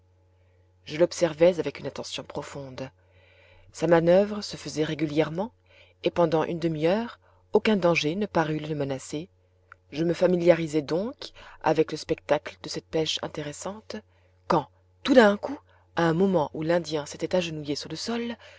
je l'observais avec une attention profonde sa manoeuvre se faisait régulièrement et pendant une demi-heure aucun danger ne parut le menacer je me familiarisais donc avec le spectacle de cette pêche intéressante quand tout d'un coup à un moment où l'indien était agenouillé sur le sol